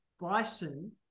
Bison